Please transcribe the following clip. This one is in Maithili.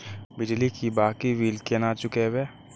बिजली की बाकी बील केना चूकेबे?